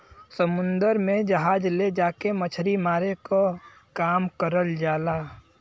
समुन्दर में जहाज ले जाके मछरी मारे क काम करल जाला